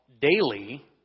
daily